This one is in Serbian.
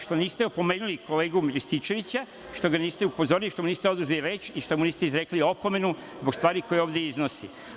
Što niste opomenuli kolegu Rističevića, što ga niste upozorili, što mu niste oduzeli reč i što mu niste izrekli opomenu zbog stvari koje ovde iznosi.